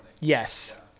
Yes